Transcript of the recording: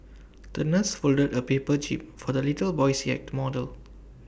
the nurse folded A paper jib for the little boy's yacht model